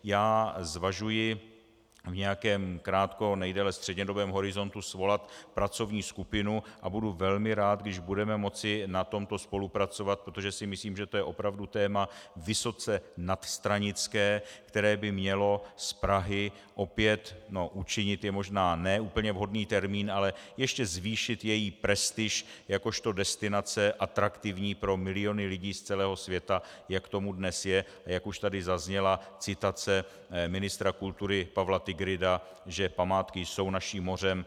Já zvažuji v nějakém krátko nejdéle střednědobém horizontu svolat pracovní skupinu a budu velmi rád, když budeme moci na tomto spolupracovat, protože si myslím, že to je opravdu téma vysoce nadstranické, které by mělo z Prahy opět učinit je možná ne úplně vhodný termín, ale ještě zvýšit její prestiž jakožto destinace atraktivní pro miliony lidí z celého světa, jak tomu dnes je a jak už tady zazněla citace ministra kultury Pavla Tigrida, že památky jsou naším mořem.